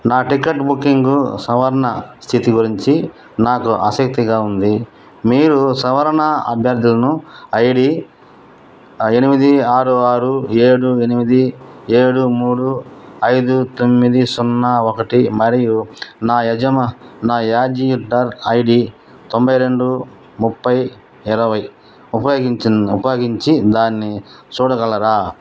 నా ticket booking సవరణ స్థితి గురించి నాకు ఆసక్తిగా ఉంది మీరు సవరణ అభ్యర్థును ఐడి ఎనిమిది ఆరు ఆరు ఏడు ఎనిమిది ఏడు మూడు ఐదు తొమ్మిది సున్నా ఒకటి మరియు నా యజమ నా యూసర్ ఐడి తొంభై రెండు ముప్పై ఇరవై ఉపయోగించిన్ ఉపయోగించి దాన్ని చూడగలరా